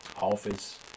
office